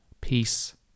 peace